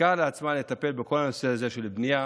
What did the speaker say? שתיקח על עצמה לטפל בכל הנושא הזה של בנייה